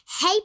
Hey